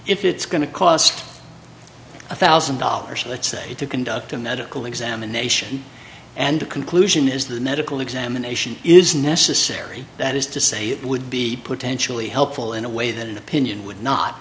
if it's going to cost a thousand dollars let's say to conduct a medical examination and the conclusion is the medical examination is necessary that is to say it would be potentially helpful in a way then opinion would not